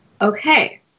okay